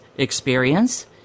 experience